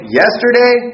yesterday